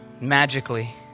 magically